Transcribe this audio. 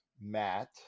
Matt